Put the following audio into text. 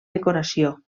decoració